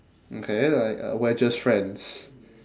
okay like uh we're just friends